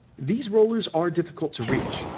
these rollers are difficult to reach,